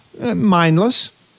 Mindless